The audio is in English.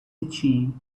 itchy